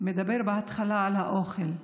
מדבר בהתחלה על האוכל,